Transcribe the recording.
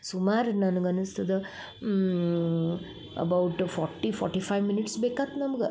ಸುಮಾರು ನನಗೆ ಅನಸ್ತದೆ about forty forty five minutes ಬೇಕಾತು ನಮ್ಗೆ